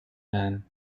men